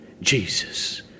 Jesus